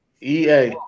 EA